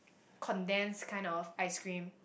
condensed kind of ice-cream